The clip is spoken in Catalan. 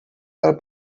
del